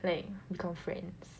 like become friends